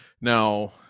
Now